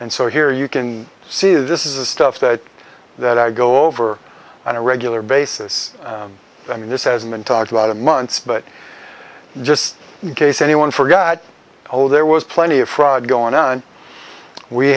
and so here you can see this is stuff that that i go over on a regular basis i mean this has been talked about a month but just in case anyone forgot oh there was plenty of fraud going on we